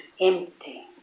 empty